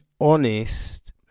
honest